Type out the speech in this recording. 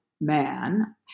man